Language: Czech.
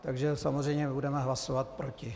Takže samozřejmě budeme hlasovat proti.